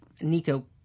Nico